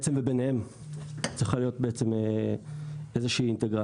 ביניהן צריכה להיות איזושהי אינטגרציה.